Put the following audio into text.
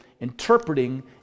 interpreting